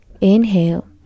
inhale